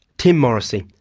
tim morrisey.